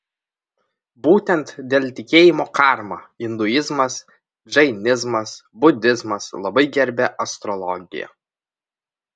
būtent dėl tikėjimo karma induizmas džainizmas budizmas labai gerbia astrologiją